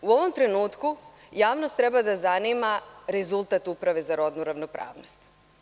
U ovom trenutku, javnost treba da zanima rezultat Uprave za rodnu ravnopravnost.